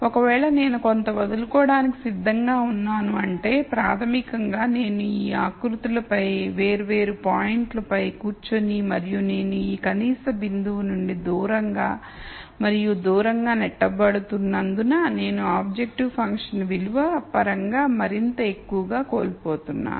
ఒకవేళ నేను కొంత వదులుకోవడానికి సిద్ధంగా ఉన్నాను అంటే ప్రాథమికంగా నేను ఈ ఆకృతులపై వేర్వేరు పాయింట్లపై కూర్చుని మరియు నేను ఈ కనీస బిందువు నుండి దూరంగా మరియు దూరంగా నెట్టబడుతున్నందున నేను ఆబ్జెక్టివ్ ఫంక్షన్ విలువ పరంగా మరింత ఎక్కువగా కోల్పోతున్నాను